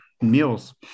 meals